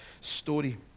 story